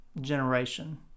generation